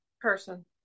person